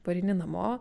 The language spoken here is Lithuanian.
pareini namo